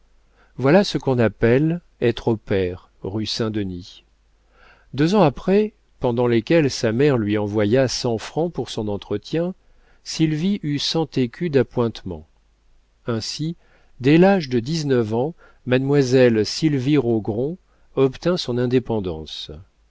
voilà ce qu'on appelle être au pair rue saint-denis deux ans après pendant lesquels sa mère lui envoya cent francs pour son entretien sylvie eut cent écus d'appointements ainsi dès l'âge de dix-neuf ans mademoiselle sylvie rogron obtint son indépendance